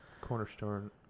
Cornerstone